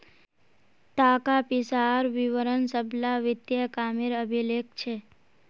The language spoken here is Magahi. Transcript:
ताका पिसार विवरण सब ला वित्तिय कामेर अभिलेख छे